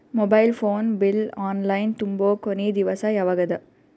Mobile phone bill online ತುಂಬೊ ಕೊನಿ ದಿವಸ ಯಾವಗದ?